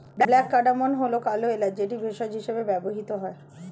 black cardamom হল কালো এলাচ যেটি ভেষজ হিসেবে ব্যবহৃত হয়